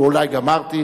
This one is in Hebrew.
או אולי גמרתי,